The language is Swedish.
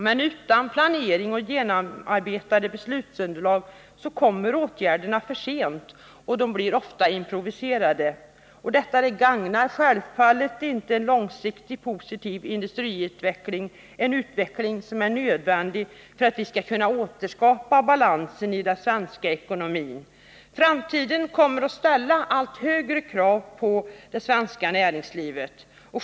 Men utan planering och genomarbetat beslutsunderlag kommer åtgärderna för sent och blir ofta improviserade. Detta gagnar självfallet inte en långsiktig, positiv industriutveckling — en 197 utveckling som är nödvändig för att vi skall kunna återskapa balansen i den svenska ekonomin. Framtiden kommer att ställa allt högre krav på det svenska näringslivet.